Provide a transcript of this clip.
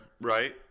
right